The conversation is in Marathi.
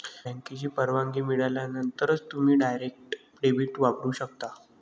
बँकेची परवानगी मिळाल्यानंतरच तुम्ही डायरेक्ट डेबिट वापरू शकता